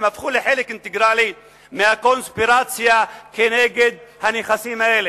הם הפכו לחלק אינטגרלי של הקונספירציה כנגד הנכסים האלה.